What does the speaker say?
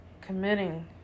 committing